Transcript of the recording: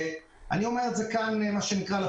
אני אומר את זה כאן לפרוטוקול.